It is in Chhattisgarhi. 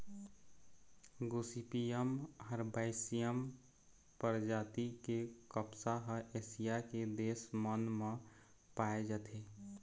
गोसिपीयम हरबैसियम परजाति के कपसा ह एशिया के देश मन म पाए जाथे